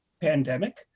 pandemic